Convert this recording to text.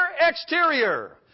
exterior